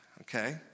okay